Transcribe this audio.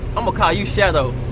i'mma call you shadow.